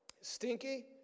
stinky